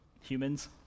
humans